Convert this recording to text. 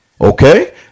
Okay